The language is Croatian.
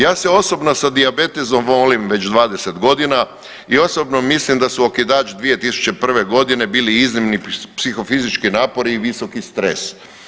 Ja se osobno sa dijabetesom volim već 20 godina i osobno mislim da su okidač 2001. godine bili iznimni psihofizički napori i visoki stres.